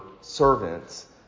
servants